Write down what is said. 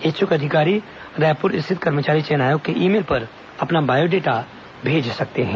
इच्छ्क अधिकारी रायपुर स्थित कर्मचारी चयन आयोग के ई मेल पर अपना बायोडेटा भेज सकते हैं